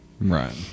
Right